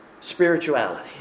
spirituality